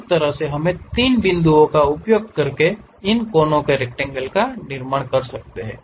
इस तरह से हमें 3 बिंदुओं का उपयोग करके इन कोने के रेकटेनगल का निर्माण करना है